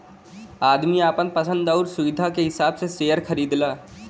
आदमी आपन पसन्द आउर सुविधा के हिसाब से सेअर खरीदला